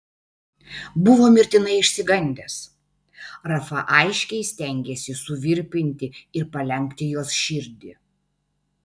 buvo mirtinai išsigandęs rafa aiškiai stengėsi suvirpinti ir palenkti jos širdį